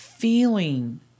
Feeling